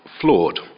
flawed